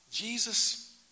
Jesus